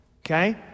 Okay